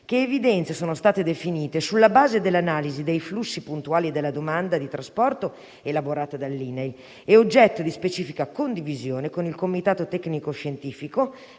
vigenti, definite sulla base dell'analisi dei flussi puntuali della domanda di trasporto elaborata dall'Inail e oggetto di specifica condivisione con il comitato tecnico-scientifico,